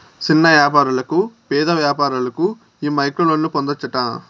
సిన్న యాపారులకు, పేద వ్యాపారులకు ఈ మైక్రోలోన్లు పొందచ్చట